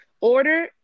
order